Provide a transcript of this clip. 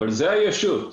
וזאת הישות.